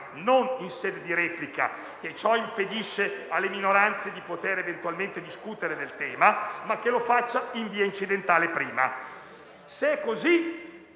non in sede di replica - visto che ciò impedisce alle minoranze di poter eventualmente discutere del tema - ma in via incidentale prima. Se è così,